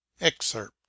Excerpt